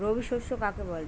রবি শস্য কাকে বলে?